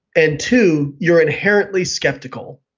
and two, you're inherently skeptical,